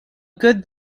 good